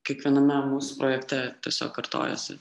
kiekviename mūsų projekte tiesiog kartojasi